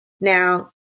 Now